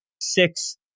six